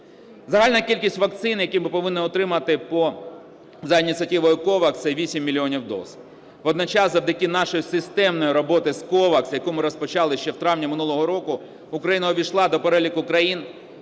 Загальна кількість вакцин, які ми повинні отримати за ініціативою COVAX, це 8 мільйонів доз. Водночас завдяки нашій системній роботі з COVAX, яку ми розпочали ще в травні минулого року, Україна увійшла до переліку країн,